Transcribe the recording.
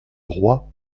roi